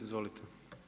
Izvolite.